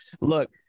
look